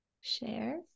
share